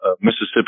mississippi